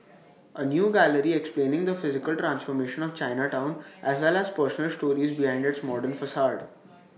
A new gallery explaining the physical transformation of Chinatown as well as personal stories behind its modern facade